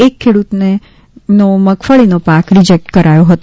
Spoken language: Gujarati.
એક ખેડૂતોનો મગફળીનો પાક રિજેક્ટ કરાયો હતો